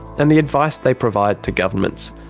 and the advice they provide to governments.